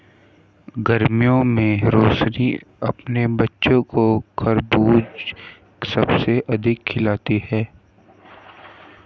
गर्मियों में रोशनी अपने बच्चों को खरबूज सबसे अधिक खिलाती हैं